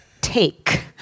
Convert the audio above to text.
take